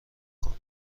کنه